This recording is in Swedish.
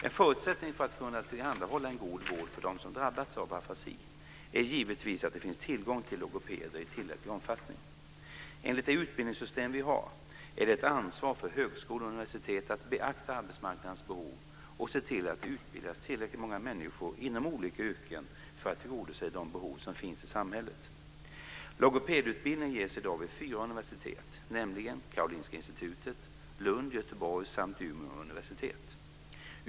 En förutsättning för att kunna tillhandahålla en god vård för dem som drabbats av afasi är givetvis att det finns tillgång till logopeder i tillräcklig omfattning. Enligt det utbildningssystem vi har är det ett ansvar för högskolor och universitet att beakta arbetsmarknadens behov och se till att det utbildas tillräckligt många människor inom olika yrken för att tillgodose de behov som finns i samhället. Logopedutbildning ges i dag vid fyra universitet, nämligen vid Karolinska Institutet samt vid Lunds, Göteborgs och Umeå universitet.